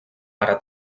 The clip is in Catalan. ara